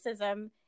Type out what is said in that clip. racism